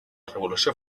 revolució